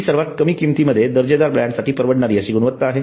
हि सर्वात कमी किमतीमध्ये दर्जेदार ब्रँडसाठी परवडणारी अशी गुणवत्ता आहे